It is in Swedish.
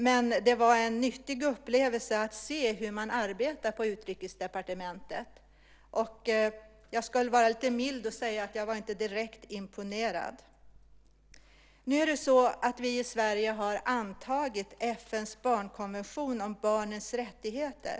Men det var en nyttig upplevelse att se hur man arbetar på Utrikesdepartementet. Jag ska vara lite mild och säga att jag inte direkt var imponerad. Nu är det så att vi i Sverige har antagit FN:s barnkonvention om barnens rättigheter.